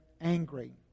angry